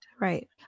right